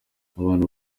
abantu